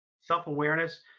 self-awareness